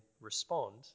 respond